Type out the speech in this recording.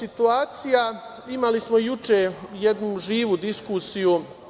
Imali smo juče jednu živu diskusiju.